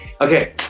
Okay